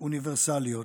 אוניברסליות.